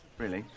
really?